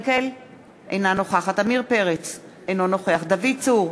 אינה נוכחת עמיר פרץ, אינו נוכח דוד צור,